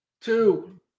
two